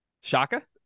Shaka